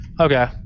Okay